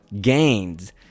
gains